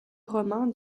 romain